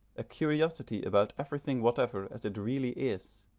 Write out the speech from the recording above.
a curiosity about everything whatever as it really is,